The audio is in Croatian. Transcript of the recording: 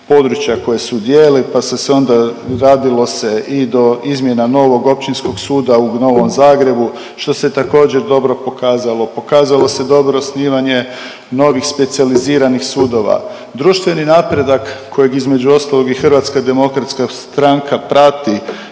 koje su dijelili pa su se onda, radilo se i do izmjena novog Općinskog suda u Novom Zagrebu što se također dobro pokazalo. Pokazalo se dobro osnivanje novih specijaliziranih sudova. Društveni napredak kojeg između ostalog i Hrvatska demokratska stranka prati